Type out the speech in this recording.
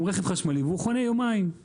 הוא רכב חשמלי שחונה יומיים.